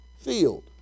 Field